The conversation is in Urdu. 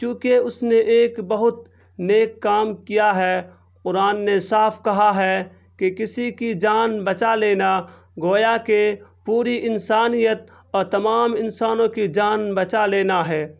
کیونکہ اس نے ایک بہت نیک کام کیا ہے قرآن نے صاف کہا ہے کہ کسی کی جان بچا لینا گویا کہ پوری انسانیت اور تمام انسانوں کی جان بچا لینا ہے